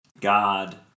God